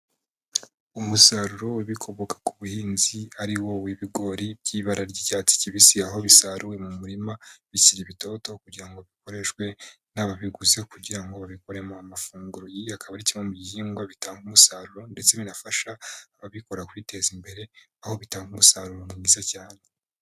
Umusaruro w'ibikomoka ku buhinzi, ari wo w'ibigori by'ibara ry'icyatsi kibisi, aho bisaruwe mu murima bikiri ibitoto kugira ngo bikoreshwe n'ababiguze kugira ngo babikuremo amafunguro, ibi akaba ari kimwe mu bihingwa bitanga umusaruro ndetse binafasha ababikora kwiteza imbere, aho bitanga umusaruro mwiza cyane.